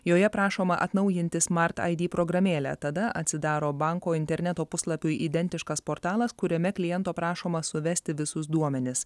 joje prašoma atnaujinti smart id programėlę tada atsidaro banko interneto puslapiui identiškas portalas kuriame kliento prašoma suvesti visus duomenis